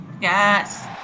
Yes